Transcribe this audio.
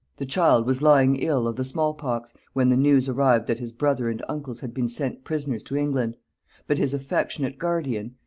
the child was lying ill of the small-pox, when the news arrived that his brother and uncles had been sent prisoners to england but his affectionate guardian,